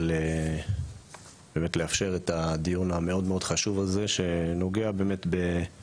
על הדיון המאוד מאוד חשוב הזה שנוגע בנושא